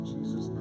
Jesus